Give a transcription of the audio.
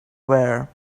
there